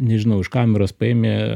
nežinau iš kameros paėmė